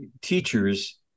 teachers